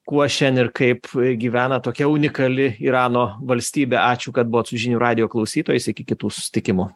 kuo šian ir kaip gyvena tokia unikali irano valstybė ačiū kad buvot su žinių radijo klausytojais iki kitų susitikimų